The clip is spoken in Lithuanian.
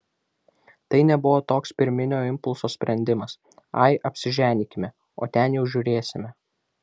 tai nebuvo toks pirminio impulso sprendimas ai apsiženykime o ten jau žiūrėsime